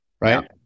right